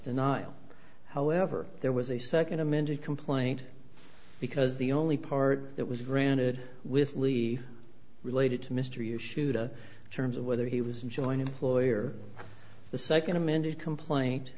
denial however there was a second amended complaint because the only part that was granted with lee related to mr you shoot a terms of whether he was joint employer the second amended complaint